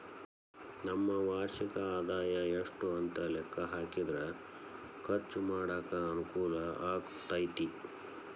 ನಮ್ಮ ವಾರ್ಷಿಕ ಆದಾಯ ಎಷ್ಟು ಅಂತ ಲೆಕ್ಕಾ ಹಾಕಿದ್ರ ಖರ್ಚು ಮಾಡಾಕ ಅನುಕೂಲ ಆಗತೈತಿ